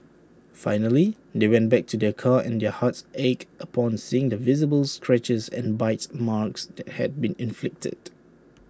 finally they went back to their car and their hearts ached upon seeing the visible scratches and bites marks that had been inflicted